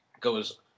goes